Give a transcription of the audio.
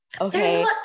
okay